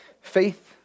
Faith